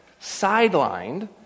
sidelined